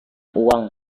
uang